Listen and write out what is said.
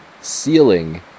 ceiling